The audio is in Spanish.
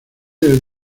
del